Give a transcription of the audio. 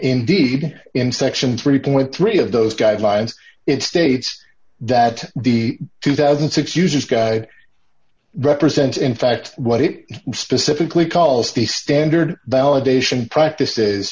indeed in section three point three of those guidelines it states that the two thousand and six user's guide represents in fact what it specifically calls the standard validation practices